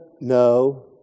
No